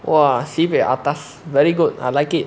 !wah! sibei atas very good I like it